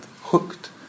hooked